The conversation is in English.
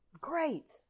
great